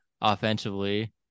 offensively